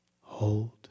hold